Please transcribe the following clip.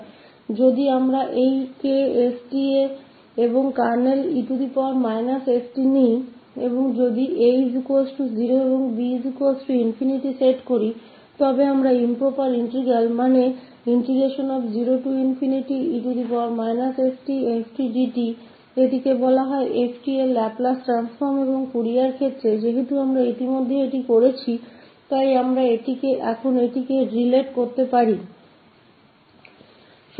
तो अगर हम यहाँ लेते हैं इस 𝐾𝑠 𝑡 इस कर्नेल 𝑒−𝑠𝑡 और हम सेट करते हैं 𝑎 0 और 𝑏 ∞ तो यह इंप्रोपर इंटीग्रल्स मतलब 0 𝑒−𝑠𝑡𝑓dt इस इसे लेप्लास ट्रांसफॉर्म ऑफ 𝑓𝑡 कहते हैं और फूरियर मामले के लिए हम पहले ही यह कर चुके है हम इसे अब संबंधित कर सकते हैं